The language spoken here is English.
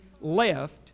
left